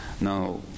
Now